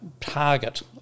target